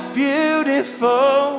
beautiful